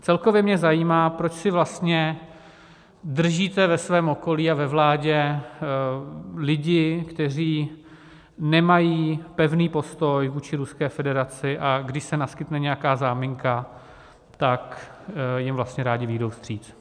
Celkově mě zajímá, proč si vlastně držíte ve svém okolí a ve vládě lidi, kteří nemají pevný postoj vůči Ruské federaci, a když se naskytne nějaká záminka, tak jim vlastně rádi vyjdou vstříc.